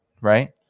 right